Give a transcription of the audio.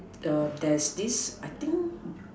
the there's this I think